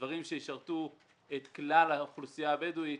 דברים שישרתו את כלל האוכלוסייה הבדואית.